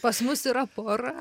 pas mus yra pora